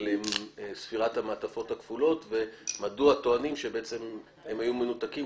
ספירת המעטפות הכפולות ומדוע טוענים שבעצם הם היו מנותקים,